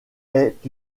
est